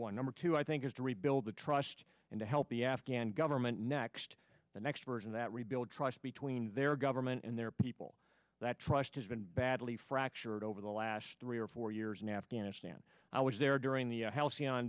one number two i think is to rebuild the trust and to help the afghan government next the next version that rebuild trust between their government and their people that trust has been badly fractured over the last three or four years in afghanistan i was there during the h